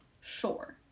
Sure